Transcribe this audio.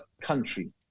country